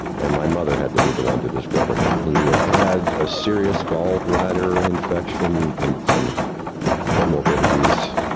and my mother had to be the one to discover him. he had had a serious gall bladder infection and some comorbidities.